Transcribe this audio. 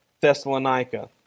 Thessalonica